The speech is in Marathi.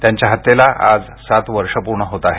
त्यांच्या हत्येला आज सात वर्षे पूर्ण होत आहेत